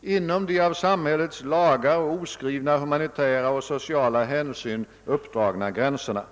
inom de av samhällets lagar och av oskrivna humanitära och sociala lagar uppdragna gränserna.